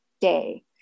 day